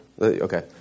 Okay